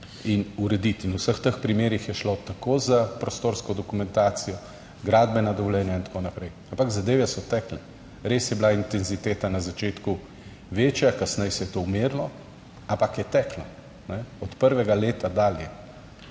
in v vseh teh primerih je šlo tako za prostorsko dokumentacijo, gradbena dovoljenja in tako naprej, ampak zadeve so tekle. Res je bila intenziteta na začetku večja, kasneje se je to umirilo, ampak je teklo od prvega leta dalje.